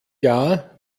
jahr